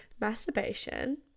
masturbation